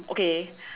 um okay